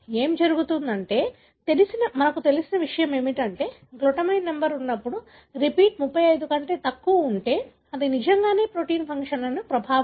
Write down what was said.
ఏమి జరుగుతుందంటే తెలిసిన విషయం ఏమిటంటే గ్లూటామైన్ నంబర్ ఉన్నప్పుడు రిపీట్ 35 కంటే తక్కువ ఉంటే అది నిజంగా ప్రోటీన్ ఫంక్షన్లను ప్రభావితం చేయదు